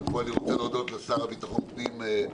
ופה אני רוצה להודות לשר לביטחון פנים,